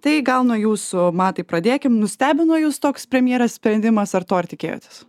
tai gal nuo jūsų matai pradėkim nustebino jus toks premjerės sprendimas ar to ir tikėjotės